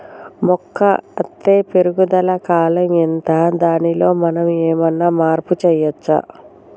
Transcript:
మొక్క అత్తే పెరుగుదల కాలం ఎంత దానిలో మనం ఏమన్నా మార్పు చేయచ్చా?